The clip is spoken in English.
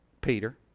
Peter